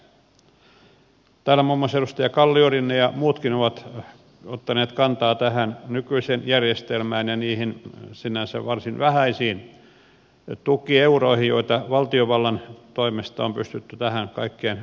täällä muun muassa edustaja kalliorinne ja muutkin ovat ottaneet kantaa tähän nykyiseen järjestelmään ja niihin sinänsä varsin vähäisiin tukieuroihin joita valtiovallan toimesta on pystytty tähän kaikkeen kohdistamaan